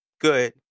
good